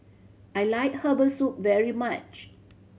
I like herbal soup very much